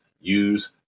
Use